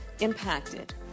impacted